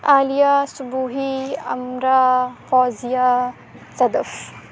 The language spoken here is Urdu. عالیہ صبوحی امرا فوزیہ صدف